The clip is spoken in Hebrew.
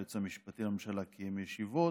היועץ המשפטי לממשלה קיים ישיבות,